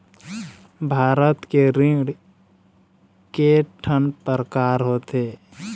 भारत के ऋण के ठन प्रकार होथे?